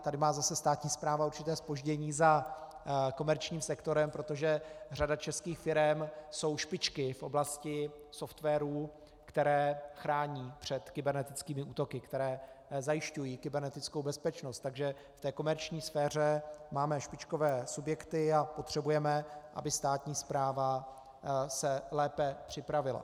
Tady má zase státní správa určité zpoždění za komerčním sektorem, protože řada českých firem jsou špičky v oblasti softwarů, které chrání před kybernetickými útoky, které zajišťují kybernetickou bezpečnost, takže v té komerční sféře máme špičkové subjekty a potřebujeme, aby státní správa se lépe připravila.